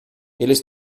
eles